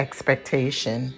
Expectation